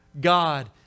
God